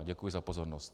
Děkuji za pozornost.